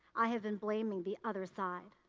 i have been blaming the other side,